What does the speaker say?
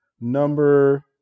number